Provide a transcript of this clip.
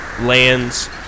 lands